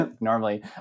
Normally